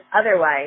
otherwise